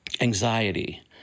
anxiety